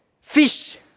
fish